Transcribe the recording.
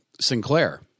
Sinclair